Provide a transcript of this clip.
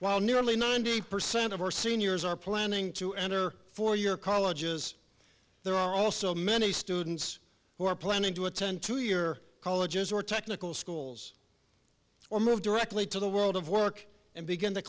while nearly ninety percent of our seniors are planning to enter four year colleges there are also many students who are planning to attend two year colleges or technical schools or move directly to the world of work and begin to